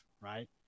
right